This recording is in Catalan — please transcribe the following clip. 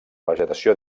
vegetació